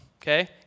okay